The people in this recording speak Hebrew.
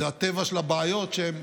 זה הטבע של הבעיות, שהן